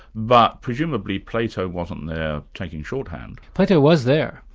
but presumably plato wasn't there taking shorthand. plato was there,